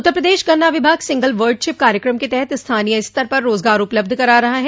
उत्तर प्रदेश गन्ना विभाग single bud chip कार्यक्रम के तहत स्थानीय स्तर पर रोजगार उपलब्ध करा रहा है